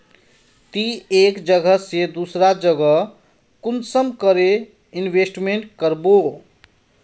ती एक जगह से दूसरा जगह कुंसम करे इन्वेस्टमेंट करबो?